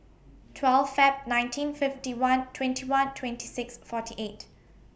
twelve Feb nineteen fifty one twenty one twenty six forty eight